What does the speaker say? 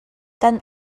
kan